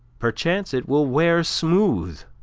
perchance it will wear smooth